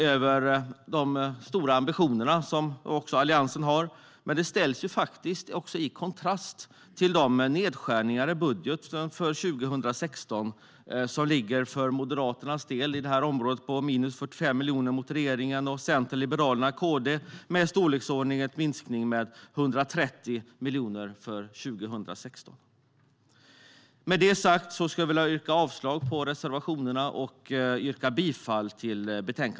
Alliansens ambitioner står dock i kontrast till deras nedskärningar. I Moderaternas budget för 2016 är det minus 45 miljoner på detta område jämfört med regeringen, och Centern, Liberalerna och Kristdemokraterna minskar med så mycket som 130 miljoner för 2016. Jag yrkar bifall till utskottets förslag och avslag på reservationerna.